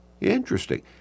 Interesting